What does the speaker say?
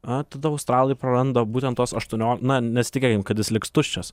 a tada australai praranda būtent tuos aštuonio na nesitikėkim kad jis liks tuščias